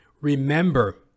remember